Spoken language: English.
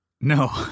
No